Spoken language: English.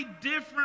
different